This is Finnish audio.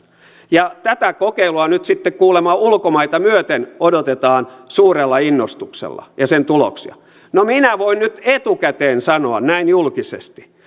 ja tätä kokeilua nyt sitten kuulemma ulkomaita myöten odotetaan suurella innostuksella no minä voin nyt etukäteen sanoa näin julkisesti